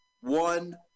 one